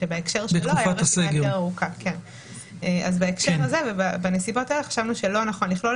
בהקשר הזה ובנסיבות האלה חשבנו שלא נכון לכלול